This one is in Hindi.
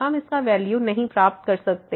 हम इसका वैल्यू नहीं प्राप्त कर सकते